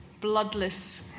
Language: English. bloodless